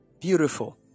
Beautiful